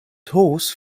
horse